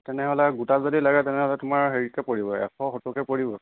তেনেহ'লে গোটা যদি লাগে তেনেহ'লে তোমাৰ হেৰিকে পৰিব এশ সত্তৰকে পৰিব